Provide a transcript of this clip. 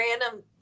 random